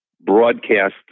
broadcast